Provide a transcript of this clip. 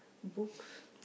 books